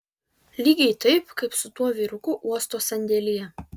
lygiai taip kaip su tuo vyruku uosto sandėlyje